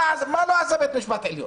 מה לא עשה בית המשפט העליון,